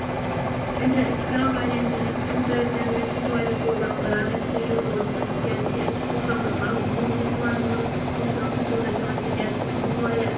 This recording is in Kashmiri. اینٹر أسۍ چھِ کران واریاہن اینٹرٹینمینٹ چھِ أسۍ کران واریاہن پروگرامَن کران یَتھ یوٗٹوٗبَس پٮ۪ٹھ تہِ کیازِ کہِ اَسہِ چھُ سُہ مطلب برونٹھ ٲسۍ یِوان مطلب کٲشُر اوس نہٕ تیوٗتاہ چلان کیٚنہہ کیازِ کہِ وۄنۍ چھِ اَسہِ واریاہ